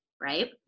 right